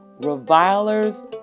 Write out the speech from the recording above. revilers